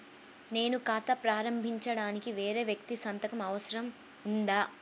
నేను ఖాతా ప్రారంభించటానికి వేరే వ్యక్తి సంతకం అవసరం ఉందా?